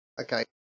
Okay